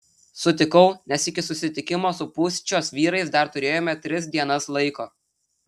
sutikau nes iki susitikimo su pūščios vyrais dar turėjome tris dienas laiko